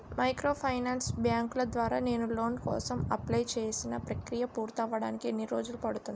Microfinance బ్యాంకుల ద్వారా నేను లోన్ కోసం అప్లయ్ చేసిన ప్రక్రియ పూర్తవడానికి ఎన్ని రోజులు పడుతుంది?